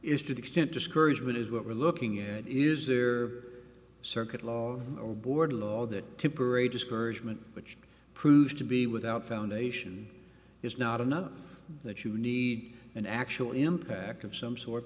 the extent discouragement is what we're looking at is the circuit board law that temporary discouragement which proved to be without foundation is not enough that you need an actual impact of some sort